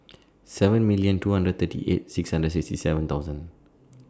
seven million two hundred and thirty eight six hundred and sixty seven thousand